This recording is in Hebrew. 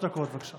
שלוש דקות, בבקשה.